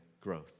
growth